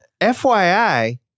FYI